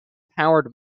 powered